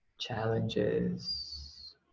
challenges